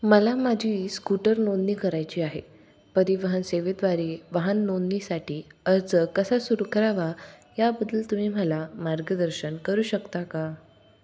मला माझी स्कूटर नोंदणी करायची आहे परिवहन सेवेद्वारे वाहन नोंदणीसाठी अर्ज कसा सुरू करावा याबद्दल तुम्ही मला मार्गदर्शन करू शकता का